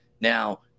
Now